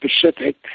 Pacific